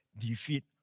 defeat